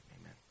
Amen